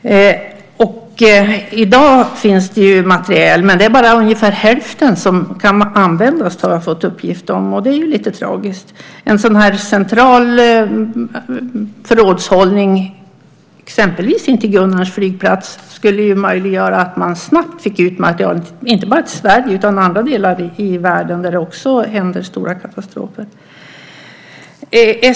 I dag finns det materiel. Dock är det bara ungefär hälften som kan användas, har jag fått uppgift om, och det är ju lite tragiskt. En sådan central förrådshållning, exempelvis intill Gunnarns flygplats, skulle möjliggöra att man snabbt fick ut materielen, inte bara till Sverige utan också till andra delar av världen där det händer stora katastrofer.